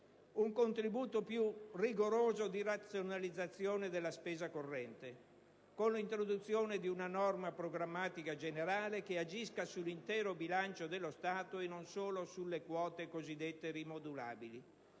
un contributo più rigoroso di razionalizzazione della spesa corrente, con l'introduzione di una norma programmatica generale che agisca sull'intero bilancio dello Stato e non solo sulle quote cosiddette rimodulabili.